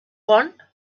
want